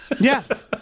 Yes